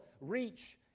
reach